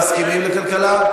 מסכימים לכלכלה?